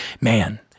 Man